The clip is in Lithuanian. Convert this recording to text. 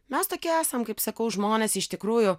mes tokie esam kaip sakau žmonės iš tikrųjų